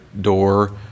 door